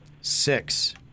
six